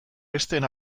besteen